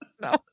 no